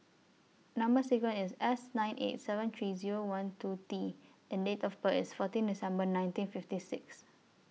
Number sequence IS S nine eight seven three Zero one two T and Date of birth IS fourteen December nineteen fifty six